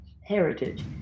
heritage